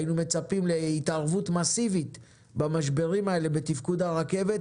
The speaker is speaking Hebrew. היינו מצפים להתערבות מסיבית במשברים בתפקוד הרכבת